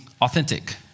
authentic